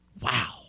Wow